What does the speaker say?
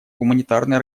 гуманитарные